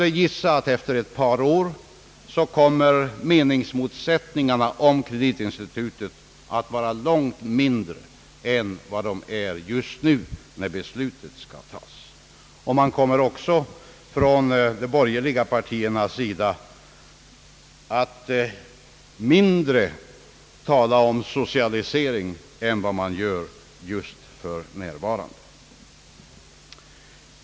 Jag gissar att efter ett par år kommer meningsmotsättningarna om kreditinstitutet att vara långt mindre än vad de är just nu, när beslutet skall fattas, och att de borgerliga partierna då kommer att tala mindre om socialisering än vad de gör just för närvarande.